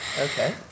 Okay